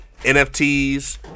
NFTs